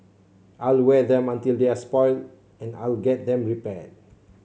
I'll wear them until they're spoilt and I'll get them repaired